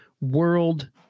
world